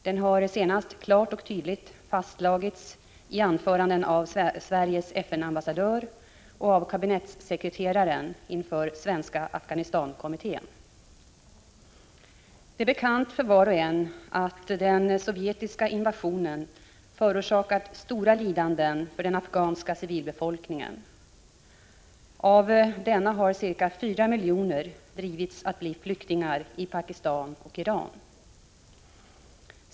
Den har senast klart och tydligt fastslagits i anföranden av Sveriges FN-ambassadör och av kabinettssekreteraren inför Svenska Afghanistan-kommittén. Det är bekant för var och en att den sovjetiska invasionen förorsakat stora lidanden för den afghanska civilbefolkningen. Av denna har cirka fyra miljoner drivits att bli flyktingar i Pakistan och Iran.